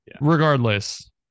regardless